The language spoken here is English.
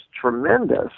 tremendous